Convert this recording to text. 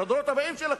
את הדורות הבאים שלכם.